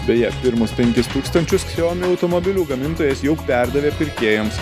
beje pirmus penkis tūkstančius xiaomi automobilių gamintojas jau perdavė pirkėjams